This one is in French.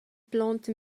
plante